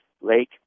Lake